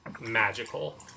Magical